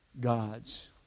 God's